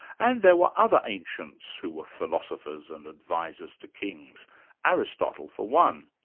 and there were other ancients who were philosophers and advisors to kings aristotle, for one.